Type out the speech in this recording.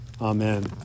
Amen